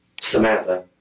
Samantha